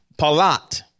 palat